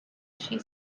she